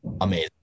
amazing